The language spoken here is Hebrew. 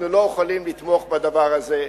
אבל אנחנו לא יכולים לתמוך בדבר הזה.